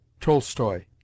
Tolstoy